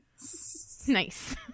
Nice